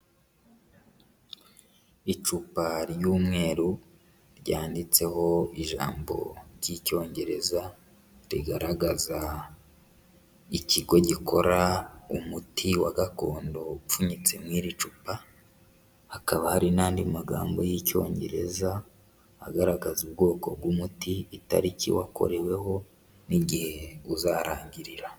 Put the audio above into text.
Icupa ry'umweru ryanditseho ijambo ry'icyongereza rigaragaza ikigo gikora umuti wa gakondo upfunyitse muri iri cupa, hakaba hari n'andi magambo y'icyongereza agaragaza ubwoko bw'umuti, itariki wakoreweho n'igihe uzarangirira.